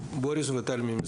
וטל.